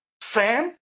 Sam